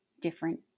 different